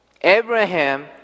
Abraham